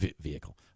vehicle